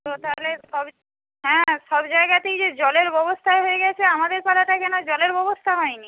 তো তাহলে সব হ্যাঁ সব জায়গাতেই যে জলের ব্যবস্থা হয়ে গেছে আমাদের পাড়াটায় কেন জলের ববস্থা হয় নি